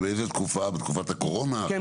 בתקופת הקורונה?